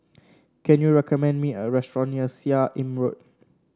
can you recommend me a restaurant near Seah Im Road